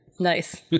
Nice